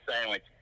sandwich